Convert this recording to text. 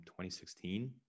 2016